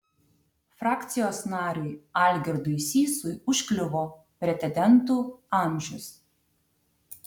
frakcijos nariui algirdui sysui užkliuvo pretendentų amžius